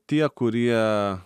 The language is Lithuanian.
tie kurie